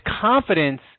confidence